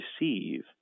receive